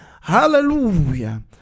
Hallelujah